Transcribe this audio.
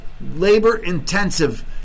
labor-intensive